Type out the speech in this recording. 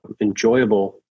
enjoyable